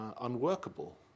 unworkable